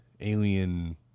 alien